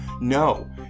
no